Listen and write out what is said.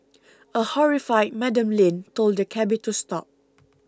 a horrified Madam Lin told the cabby to stop